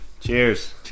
Cheers